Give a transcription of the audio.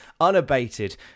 unabated